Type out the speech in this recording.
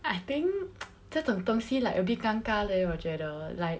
I think 这种东西 like a bit 尴尬 leh 我觉得